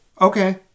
Okay